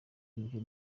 ibyo